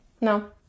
No